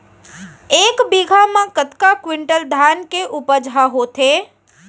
एक बीघा म कतका क्विंटल धान के उपज ह होथे?